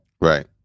Right